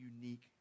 unique